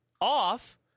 off